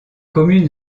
communes